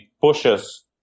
pushes